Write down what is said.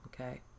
Okay